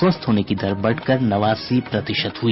स्वस्थ होने की दर बढ़कर नवासी प्रतिशत हुई